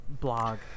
blog